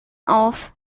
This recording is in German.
auf